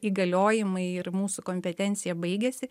įgaliojimai ir mūsų kompetencija baigiasi